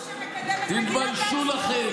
זה חוק שמקדם את מגילת העצמאות, תתביישו לכם.